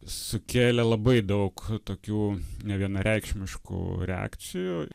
sukėlė labai daug tokių nevienareikšmiškų reakcijų